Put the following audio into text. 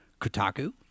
Kotaku